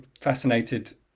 fascinated